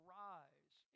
rise